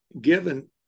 given